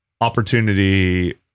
opportunity